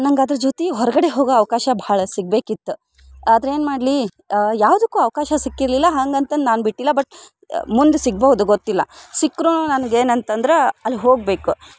ನಂಗೆ ಅದ್ರ ಜೊತೆ ಹೊರಗಡೆ ಹೋಗೊ ಅವಕಾಶ ಬಹಳ ಸಿಗ್ಬೇಕಿತ್ತು ಆದರೆ ಏನ್ಮಾಡ್ಲಿ ಯಾವ್ದಕ್ಕೂ ಅವಕಾಶ ಸಿಕ್ಕಿರಲಿಲ್ಲ ಹಾಗಂತ ನಾನು ಬಿಟ್ಟಿಲ್ಲ ಬಟ್ ಮುಂದೆ ಸಿಗ್ಬಹುದು ಗೊತ್ತಿಲ್ಲ ಸಿಕ್ರೂ ನನ್ಗೆ ಏನಂತಂದ್ರೆ ಅಲ್ಲಿ ಹೋಗ್ಬೇಕು